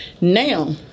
Now